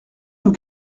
nous